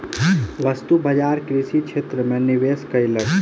वस्तु बजार कृषि क्षेत्र में निवेश कयलक